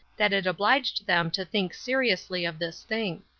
that it obliged them to think seriously of this thing.